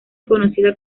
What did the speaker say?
conocida